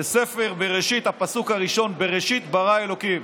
בספר בראשית, הפסוק הראשון: בראשית ברא אלוקים.